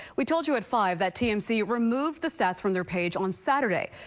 we told you at five that tmc removed the stats from their page on saturday.